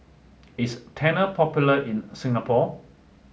is Tena popular in Singapore